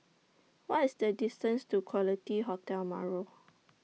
What IS The distance to Quality Hotel Marrow